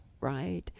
Right